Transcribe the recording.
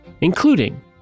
including